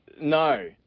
no